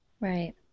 Right